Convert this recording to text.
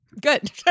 good